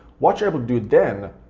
what you're able to do then